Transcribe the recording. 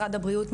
משרד הבריאות,